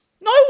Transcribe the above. No